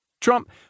Trump